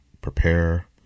prepare